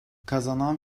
kazanan